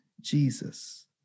Jesus